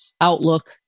Outlook